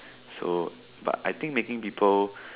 so but I think making people